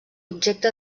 objecte